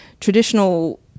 traditional